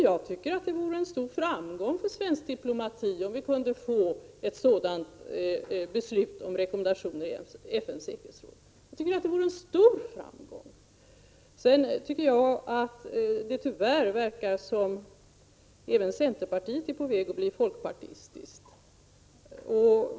Jag tycker att det vore en stor framgång för svensk diplomati om vi kunde få ett sådant beslut. Tyvärr tycker jag att det verkar som om även centerpartiet är på väg att bli folkpartistiskt.